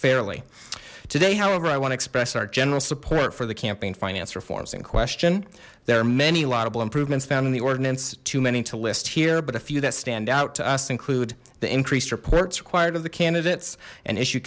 fairly today however i want to express our general support for the campaign finance reforms in question there are many laudable improvements found in the ordinance too many to list here but a few that stand out to us include the increased reports required of the candidates and issue